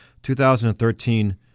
2013